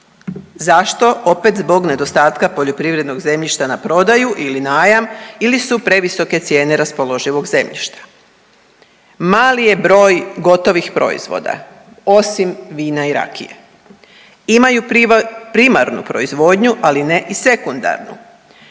Zašto? Opet zbog nedostatka poljoprivrednog zemljišta na prodaju ili najam ili su previsoke cijene raspoloživog zemljišta. Mali je broj gotovih proizvoda osim vina i rakije. Imaju primarnu proizvodnju, ali ne i sekundarnu.